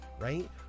right